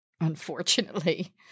unfortunately